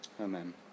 Amen